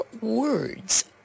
words